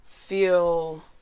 feel